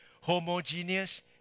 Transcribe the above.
Homogeneous